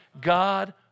God